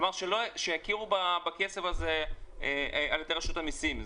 כלומר, שיכירו בכסף הזה על ידי רשות המיסים.